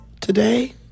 Today